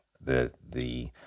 The—the